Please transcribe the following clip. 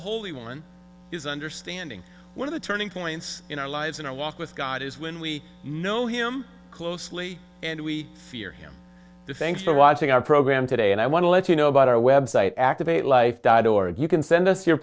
holy one is understanding one of the turning points in our lives in our walk with god is when we know him closely and we fear him thanks for watching our program today and i want to let you know about our website activate life died or you can send us your